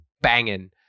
banging